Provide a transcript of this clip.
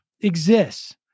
exists